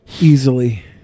Easily